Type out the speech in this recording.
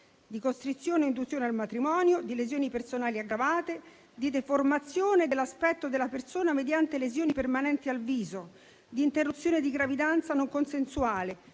di costrizione o induzione al matrimonio, di lesioni personali aggravate, di deformazione dell'aspetto della persona mediante lesioni permanenti al viso, di interruzione di gravidanza non consensuale,